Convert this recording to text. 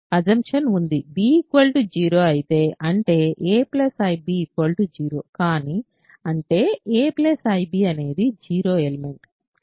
b 0 అయితే అంటే a ib 0 కానీ అంటేa ib అనేది 0 ఎలిమెంట్ కానీ 0 ఎలిమెంట్ యూనిట్ కాకూడదు